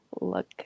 look